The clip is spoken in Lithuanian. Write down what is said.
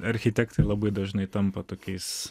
architektai labai dažnai tampa tokiais